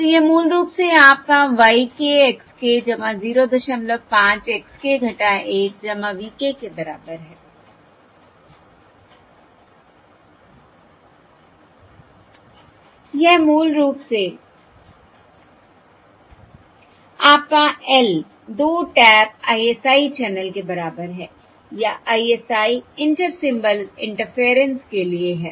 तो यह मूल रूप से आपका y k x k 05 x k 1 v k के बराबर है यह मूल रूप से आपका L 2 टैप ISI चैनल के बराबर है या ISI इंटर सिंबल इंटरफेरेंस के लिए है